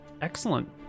Excellent